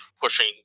pushing